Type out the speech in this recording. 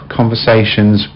conversations